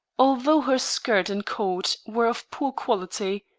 although her skirt and coat were of poor quality,